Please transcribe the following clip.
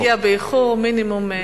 מי שמגיע באיחור, מינימום שני תורים.